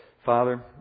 Father